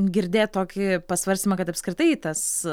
girdėti tokį pasvarstymą kad apskritai tas